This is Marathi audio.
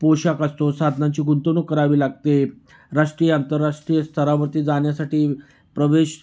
पोषाख असतो साधनांची गुंतवणूक करावी लागते राष्ट्रीय आंतरराष्ट्रीय स्तरावरती जाण्यासाठी प्रवेश